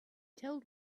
told